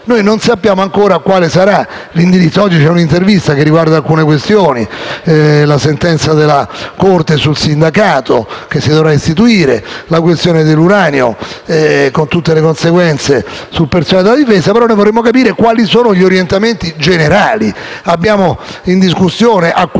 noi non sappiamo ancora quale sarà l'indirizzo. Oggi c'è un'intervista che riguarda alcune questioni, come la sentenza della Corte sul sindacato che si dovrà istituire e il tema dell'uranio, con tutte le conseguenze sul personale della Difesa; noi vorremmo però capire quali sono gli orientamenti generali. Abbiamo in discussione acquisti e